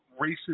racist